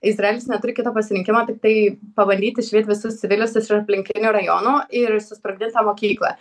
izraelis neturi kito pasirinkimo tiktai pabandyt išvyt visus civilius iš aplinkinių rajonų ir susprogdint tą mokyklą